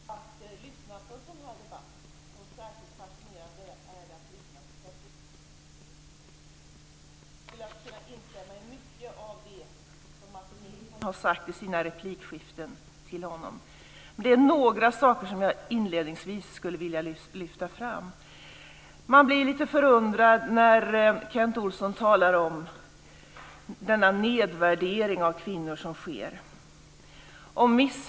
Fru talman! Det är fascinerande att lyssna på debatten, särskilt på Kent Olsson. Jag skulle vilja instämma i mycket av det som Martin Nilsson har sagt till Kent Olsson i sina replikskiften. Jag vill inledningsvis lyfta fram några saker. Man blir lite förundrad när Kent Olsson talar om den nedvärdering av kvinnor som sker.